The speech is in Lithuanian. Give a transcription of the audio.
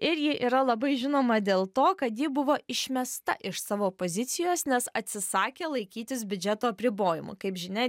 ir ji yra labai žinoma dėl to kad ji buvo išmesta iš savo pozicijos nes atsisakė laikytis biudžeto apribojimų kaip žinia